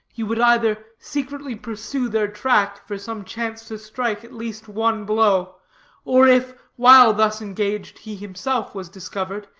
he would either secretly pursue their track for some chance to strike at least one blow or if, while thus engaged, he himself was discovered,